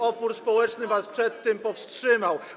opór społeczny was przed tym powstrzymał.